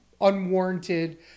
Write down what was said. Unwarranted